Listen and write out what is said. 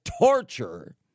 torture